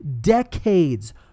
decades